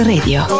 Radio